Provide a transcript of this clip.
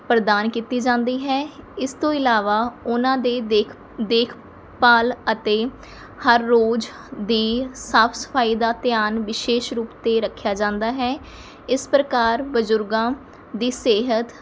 ਪ੍ਰਦਾਨ ਕੀਤੀ ਜਾਂਦੀ ਹੈ ਇਸ ਤੋਂ ਇਲਾਵਾ ਉਹਨਾਂ ਦੇ ਦੇਖ ਦੇਖਭਾਲ ਅਤੇ ਹਰ ਰੋਜ਼ ਦੀ ਸਾਫ਼ ਸਫ਼ਾਈ ਦਾ ਧਿਆਨ ਵਿਸ਼ੇਸ਼ ਰੂਪ 'ਤੇ ਰੱਖਿਆ ਜਾਂਦਾ ਹੈ ਇਸ ਪ੍ਰਕਾਰ ਬਜ਼ੁਰਗਾਂ ਦੀ ਸਿਹਤ